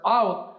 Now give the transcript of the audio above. out